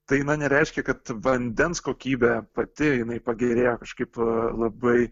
tai na nereiškia kad vandens kokybė pati jinai pagerėjo kažkaip labai